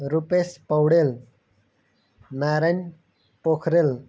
Rupesh Poudel Narayan Pokharel